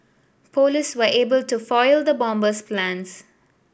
police were able to foil the bomber's plans